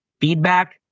feedback